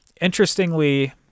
Interestingly